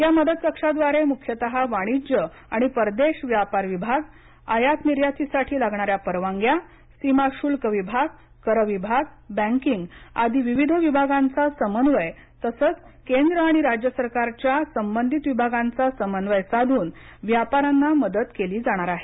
या मदत कक्षाद्वारे मुख्यतः वाणिज्य आणि परदेश व्यापार विभाग आयातनिर्यात साठी लागणाऱ्या परवानग्या सीमा शुल्क विभाग कर विभाग बँकिंग आदी विविध विभागांचा समन्वय तसच केंद्र आणि राज्य सरकारच्या संबंधित विभागांचा समन्वय साधून व्यापाऱ्यांना मदत केली जाणार आहे